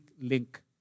link